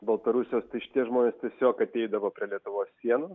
baltarusijos tai šitie žmonės tiesiog ateidavo prie lietuvos sienos